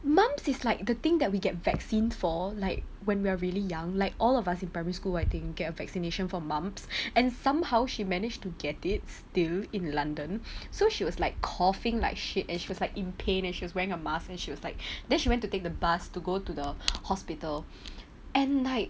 mumps is like the thing that we get vaccine for like when we're really young like all of us in primary school I think get a vaccination for mumps and somehow she managed to get it still in london so she was like coughing like shit and she was like in pain as she was wearing a mask and she was like then she went to take the bus to go to the hospital and like